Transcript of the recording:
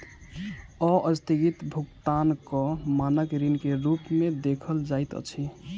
अस्थगित भुगतानक मानक ऋण के रूप में देखल जाइत अछि